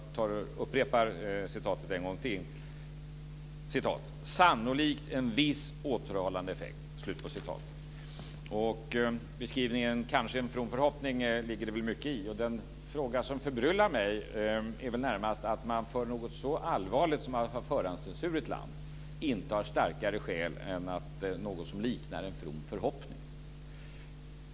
Jag upprepar citatet en gång till: "sannolikt en viss återhållande effekt..." Uttalandet att det kanske är en är en from förhoppning ligger det mycket i. Den fråga som förbryllar mig är närmast att man för något så allvarligt som att ha förhandscensur i ett land inte har starkare skäl än något som liknar en from förhoppning.